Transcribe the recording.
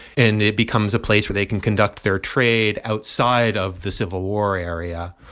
and it becomes a place where they can conduct their trade outside of the civil war area.